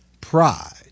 Pride